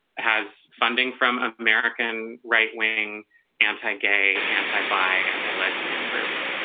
has funding from american right wing anti-gay anti by anti lesbian groups